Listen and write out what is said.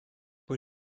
pwy